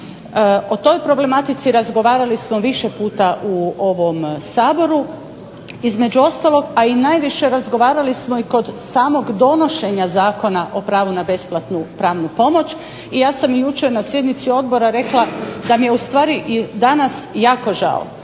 O toj problematici razgovarali smo više puta u ovom Saboru između ostalog, a i najviše razgovarali smo i kod samog donošenja Zakona o pravu na besplatnu pravnu pomoć. I ja sam jučer na sjednici odbora rekla da mi je u stvari danas jako žao